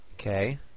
Okay